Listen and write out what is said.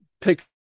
pick